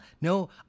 No